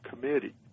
committee